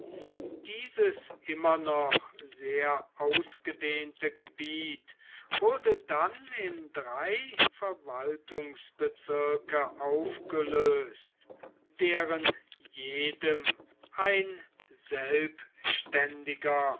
dieses immer noch sehr ausgedehnte gebiet wurde dann in drei verwaltungsbezirke aufgelöst deren jedem ein selbständiger